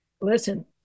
Listen